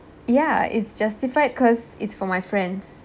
ya it's justified because it's for my friends